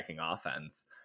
offense